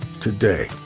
today